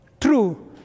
True